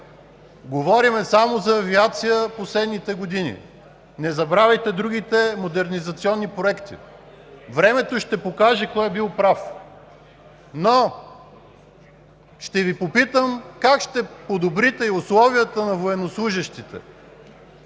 говорим само за авиация последните години, но не забравяйте другите модернизационни проекти. Времето ще покаже кой е бил прав, но ще Ви попитам: как ще подобрите условията на военнослужещите?